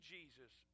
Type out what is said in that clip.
Jesus